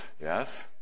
yes